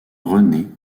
rené